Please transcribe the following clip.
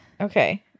Okay